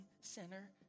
sinner